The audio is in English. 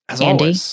Andy